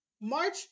March